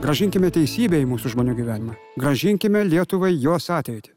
grąžinkime teisybę į mūsų žmonių gyvenimą grąžinkime lietuvai jos ateitį